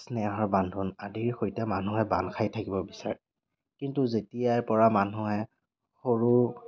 স্নেহৰ বান্ধোন আদিৰ সৈতে মানুহে বান্ধ খাই থাকিব বিচাৰে কিন্তু যেতিয়াৰ পৰা মানুহে সৰু